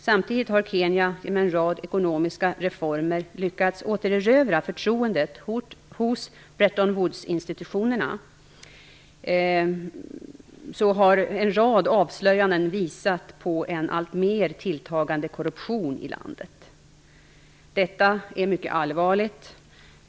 Samtidigt som Kenya genom en rad ekonomiska reformer lyckats återerövra förtroendet hos Bretton Woods-institutionerna har en rad avslöjanden visat på en alltmer tilltagande korruption i landet. Detta är mycket allvarligt.